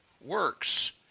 works